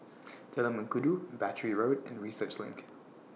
Jalan Mengkudu Battery Road and Research LINK